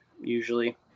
usually